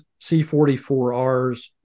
C44Rs